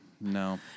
No